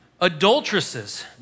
Adulteresses